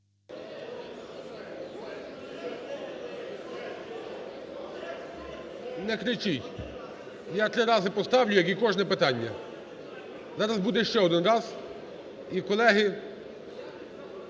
Не кричіть, я три рази поставлю, як і кожне питання, зараз буде ще один раз. І, колеги,